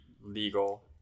legal